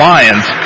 Lions